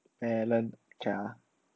melon okay lah